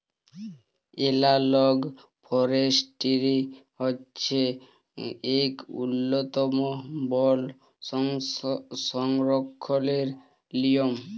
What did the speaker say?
এলালগ forestry হছে ইক উল্ল্যতম বল সংরখ্খলের লিয়ম